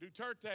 Duterte